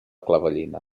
clavellina